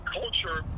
culture